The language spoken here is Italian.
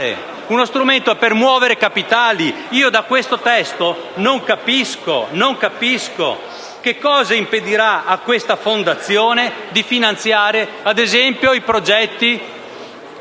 uno strumento per muovere capitali. Da questo testo non capisco che cosa impedirà a questa fondazione di finanziare, ad esempio, i progetti